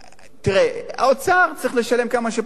תראה, האוצר צריך לשלם כמה שפחות.